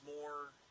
more